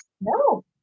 No